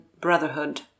brotherhood